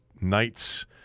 nights